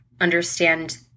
understand